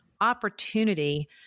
opportunity